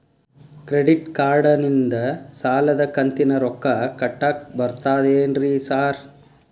Credit ಕಾರ್ಡನಿಂದ ಸಾಲದ ಕಂತಿನ ರೊಕ್ಕಾ ಕಟ್ಟಾಕ್ ಬರ್ತಾದೇನ್ರಿ ಸಾರ್?